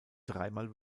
dreimal